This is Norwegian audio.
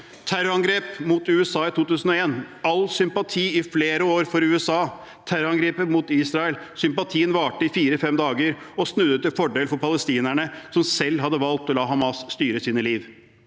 terrorangrepet mot USA i 2001: All sympati var for USA i flere år. Ta så terrorangrepet mot Israel: Sympatien varte i fire–fem dager og snudde så til fordel for palestinerne, som selv hadde valgt å la Hamas styre sine liv.